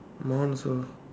my one also